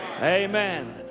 amen